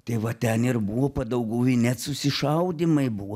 tai va ten ir buvo padauguvy net susišaudymai buvo